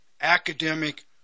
academic